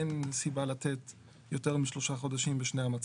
אין סיבה לתת יותר מ-3 חודשים בשני המצבים.